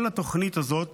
כל התוכנית הזאת